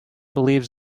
believes